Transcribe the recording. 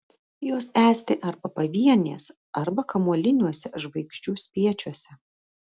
jos esti arba pavienės arba kamuoliniuose žvaigždžių spiečiuose